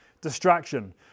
distraction